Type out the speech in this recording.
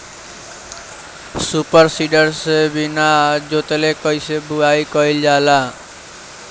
Super seeder से बीना जोतले कईसे बुआई कयिल जाला?